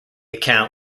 account